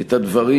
את הדברים,